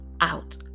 Out